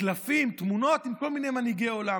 קלפים, תמונות, עם כל מנהיגי עולם.